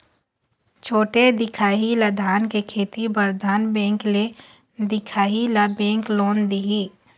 छोटे दिखाही ला धान के खेती बर धन बैंक ले दिखाही ला बैंक लोन दिही?